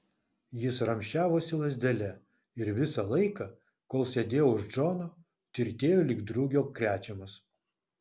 jis ramsčiavosi lazdele ir visą laiką kol sėdėjo už džono tirtėjo lyg drugio krečiamas